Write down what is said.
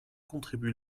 contribue